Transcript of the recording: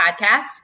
podcast